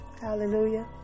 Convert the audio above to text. Hallelujah